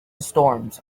storms